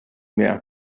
mehr